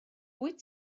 wyt